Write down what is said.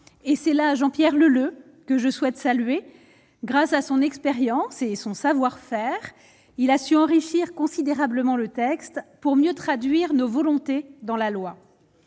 et c'est là, Jean-Pierre Leleux, que je souhaite saluer grâce à son expérience et son savoir-faire, il a su enrichir considérablement le texte pour mieux traduire nos volontés dans la loi